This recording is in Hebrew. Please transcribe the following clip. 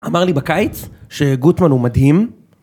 אמר לי בקיץ שגוטמן הוא מדהים